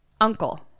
Uncle